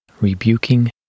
rebuking